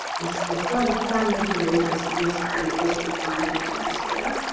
it's it's one of the four major ways icpsr enables you to find and analyze data.